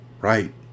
Right